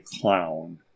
clown